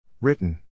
Written